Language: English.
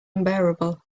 unbearable